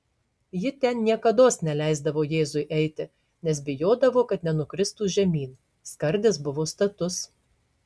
ji ten niekados neleisdavo jėzui eiti nes bijodavo kad nenukristų žemyn skardis buvo status